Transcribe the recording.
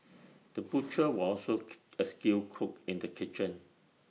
the butcher was also A skilled cook in the kitchen